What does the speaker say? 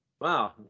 Wow